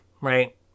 Right